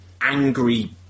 angry